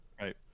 Right